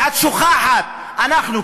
ואת שוכחת: אנחנו,